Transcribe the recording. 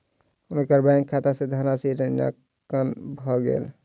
हुनकर बैंक खाता सॅ धनराशि ऋणांकन भ गेल